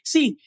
See